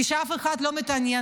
כי כשאף אחד לא מתעניין,